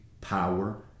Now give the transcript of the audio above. power